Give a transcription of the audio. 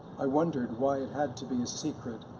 i wondered why it had to be a secret,